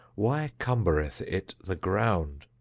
why cumbereth it the ground?